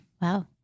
Wow